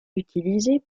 utilisés